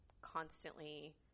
constantly